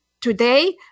today